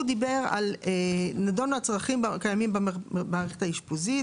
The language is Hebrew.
דיבר על כך שנדונו הצרכים הקיימים במערכת האשפוזית,